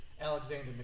Alexander